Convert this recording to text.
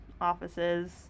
offices